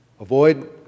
Avoid